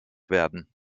werden